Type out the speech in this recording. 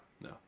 no